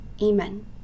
Amen